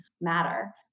matter